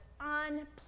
unpleasant